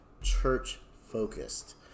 church-focused